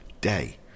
day